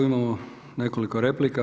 Imamo nekoliko replika.